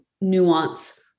nuance